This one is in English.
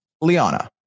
Liana